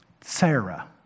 Sarah